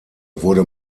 wurde